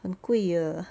很贵 uh